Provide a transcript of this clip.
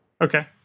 Okay